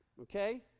Okay